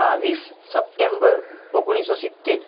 બાવીસ સપ્ટેમ્બર ઓગણીસો સિત્તેર